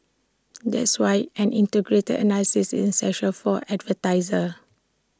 that's why an integrated analysis is essential for advertisers